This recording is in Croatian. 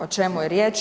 O čemu je riječ?